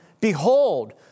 behold